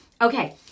Okay